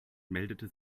meldete